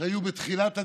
שהיו בתחילת הדרך.